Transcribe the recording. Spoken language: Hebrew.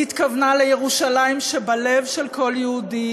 היא התכוונה לירושלים שבלב של כל יהודי,